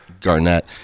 Garnett